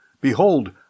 Behold